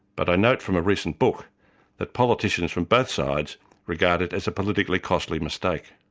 but i note from a recent book that politicians from both sides regard it as a politically costly mistake.